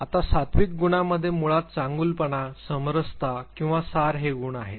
आता सात्त्विक गुणमध्ये मुळात चांगुलपणा समरसता किंवा सार हे गुण आहेत